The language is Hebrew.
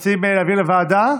אתם מציעים להעביר לוועדה?